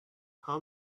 how